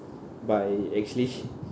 by actually